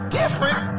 different